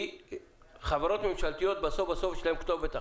כי חברות ממשלתיות יש להם בסוף כתובת אחת.